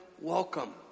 Welcome